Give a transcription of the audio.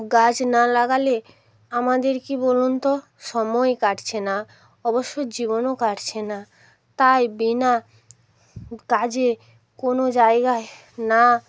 গাছ না লাগালে আমাদের কী বলুন তো সময় কাটছে না অবসর জীবনও কাটছে না তাই বিনা কাজে কোনো জায়গায় না